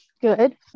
Good